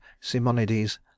Simonides